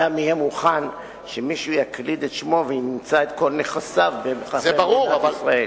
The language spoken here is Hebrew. אדם יהיה מוכן שמישהו יקליד את שמו וימצא את כל נכסיו במדינת ישראל.